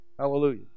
Hallelujah